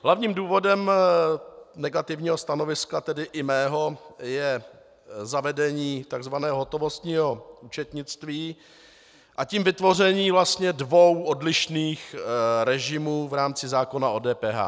Hlavním důvodem negativního stanoviska, tedy i mého, je zavedení tzv. hotovostního účetnictví, a tím vytvoření vlastně dvou odlišných režimů v rámci zákona o DPH.